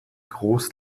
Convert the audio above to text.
groß